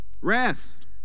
rest